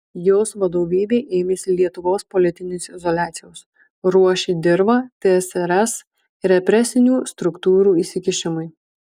jos vadovybė ėmėsi lietuvos politinės izoliacijos ruošė dirvą tsrs represinių struktūrų įsikišimui